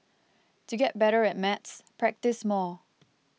to get better at maths practise more